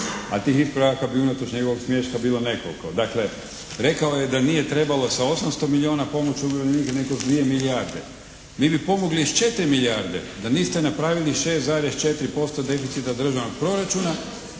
a tih ispravaka bi unatoč njegovog smješka bilo nekoliko. Dakle rekao je da nije trebalo sa 800 milijuna pomoći umirovljenika, nego s 2 milijarde. Mi bi pomogli i s 4 milijarde da niste napravili 6,4% deficita državnog proračuna